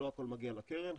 לא הכול מגיע לקרן,